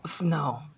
No